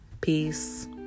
Peace